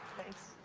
thanks.